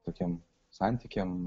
tokiem santykiam